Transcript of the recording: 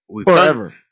forever